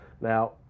Now